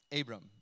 Abram